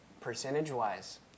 Percentage-wise